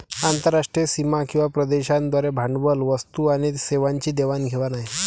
आंतरराष्ट्रीय सीमा किंवा प्रदेशांद्वारे भांडवल, वस्तू आणि सेवांची देवाण घेवाण आहे